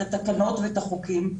את התקנות ואת החוקים,